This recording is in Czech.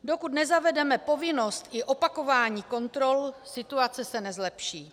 Dokud nezavedeme povinnost opakování kontrol, situace se nezlepší.